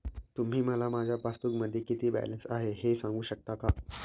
तुम्ही मला माझ्या पासबूकमध्ये किती बॅलन्स आहे हे सांगू शकता का?